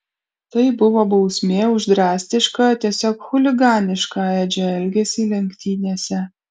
tai buvo bausmė už drastišką tiesiog chuliganišką edžio elgesį lenktynėse